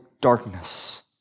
darkness